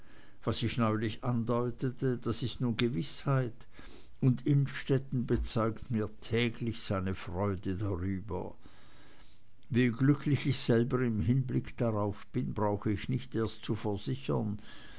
was ich neulich andeutete das ist nun gewißheit und innstetten bezeugt mir täglich seine freude darüber wie glücklich ich selber im hinblick darauf bin brauche ich nicht erst zu versichern